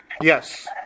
Yes